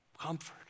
comfort